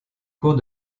cours